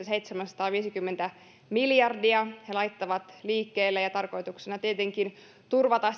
seitsemänsataaviisikymmentä miljardia he laittavat liikkeelle ja ja tarkoituksena on tietenkin turvata